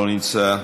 לא נמצא,